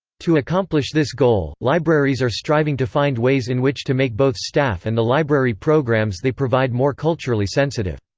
to accomplish this goal, libraries are striving to find ways in which to make both staff and the library programs they provide more culturally sensitive.